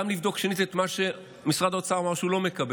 גם לבדוק שנית את מה שמשרד האוצר אמר שהוא לא מקבל,